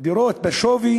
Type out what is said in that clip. דירות בשווי